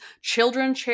Children